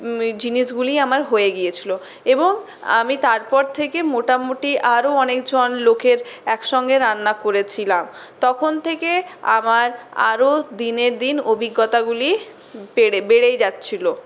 জিনিসগুলি আমার হয়ে গিয়েছিলো এবং আমি তারপর থেকে মোটামুটি আরও অনেকজন লোকের একসঙ্গে রান্না করেছিলাম তখন থেকে আমার আরও দিনের দিন অভিজ্ঞতাগুলি বেড়ে বেড়েই যাচ্ছিলো